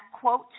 quote